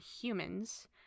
humans